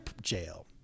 jail